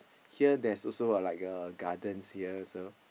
here there's also uh like uh gardens here so